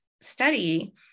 study